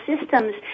systems